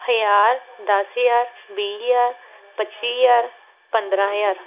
ਹਜ਼ਾਰ ਦਸ ਹਜ਼ਾਰ ਵੀਹ ਹਜ਼ਾਰ ਪੱਚੀ ਹਜ਼ਾਰ ਪੰਦਰ੍ਹਾਂ ਹਜ਼ਾਰ